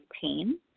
pain